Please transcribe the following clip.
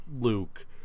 Luke